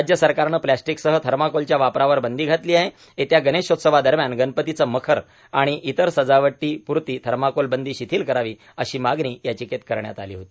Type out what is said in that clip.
राज्य सरकारनं प्लास्टिकसह थर्माकोलच्या वापरावर बंदी घातली आहे येत्या गणेशोत्सवादरम्यान गणपतीचं मखर आणि इतर सजावटीपुरती थर्माकोल बंदी श्रिथील करावी अशी मागणी याचिकेत करण्यात आली होती